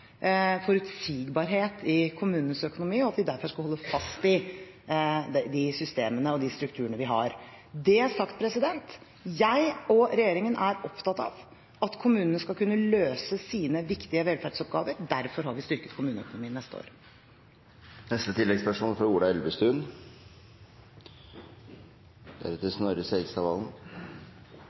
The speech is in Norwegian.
forutsigbarhet i kommunenes økonomi, og at vi derfor skal holde fast ved de systemene og de strukturene vi har. Når det er sagt: Jeg og regjeringen er opptatt av at kommunene skal kunne løse sine viktige velferdsoppgaver. Derfor har vi styrket kommuneøkonomien for neste år. Ola Elvestuen